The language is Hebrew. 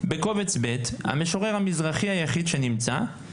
בקובץ ב', המשורר המזרחי היחיד שנמצא הוא